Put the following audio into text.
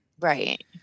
Right